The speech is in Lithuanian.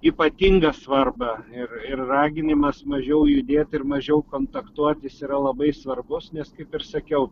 ypatingą svarbą ir ir raginimas mažiau judėt ir mažiau kontaktuot jis yra labai svarbus nes kaip ir sakiau